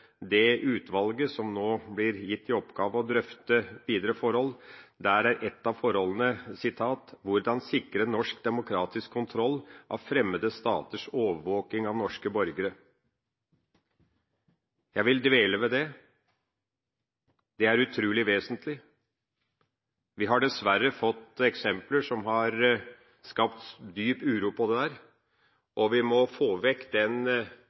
det utvalget som nå blir gitt i oppgave å drøfte videre forhold, skal se på: «Hvordan sikre norsk demokratisk kontroll av fremmede staters overvåkning av norske borgere». Jeg vil dvele ved det. Det er utrolig vesentlig. Vi har dessverre sett eksempler som har skapt dyp uro om dette. Vi må få vekk den